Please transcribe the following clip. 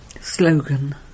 Slogan